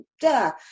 duh